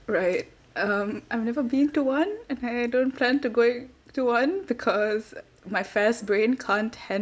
right um I've never been to one and I don't plan to going to one because my first brain can't hand~